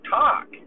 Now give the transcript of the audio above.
talk